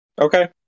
Okay